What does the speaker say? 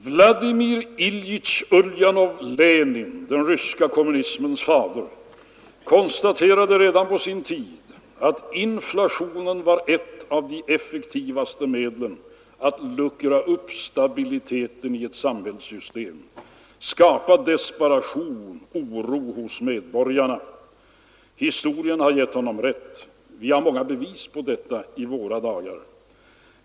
Vladimir lljitj Uljanov Lenin, den ryska kommunismens fader, konstaterade redan på sin tid att inflationen var ett av de effektivaste medlen att luckra upp stabiliteten i ett samhällssystem, skapa desperation och oro hos medborgarna. Historien har gett honom rätt. Vi har många bevis på detta i våra dagar.